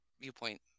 viewpoint